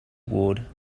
ward